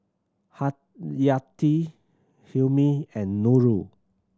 Haryati Hilmi and Nurul